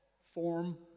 form